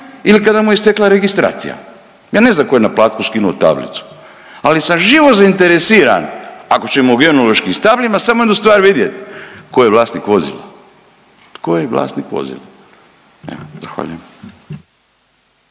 ili kada mu je istekla registracija. Ja ne znam tko je na Platku sinuo tablicu, ali sam živo zainteresiran ako ćemo genološki s tablima, samo jednu stvar vidjet ko je vlasnik vozila, tko je vlasnik vozila, evo zahvaljujem.